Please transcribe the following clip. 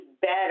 better